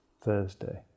Thursday